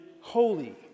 holy